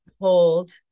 hold